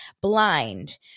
blind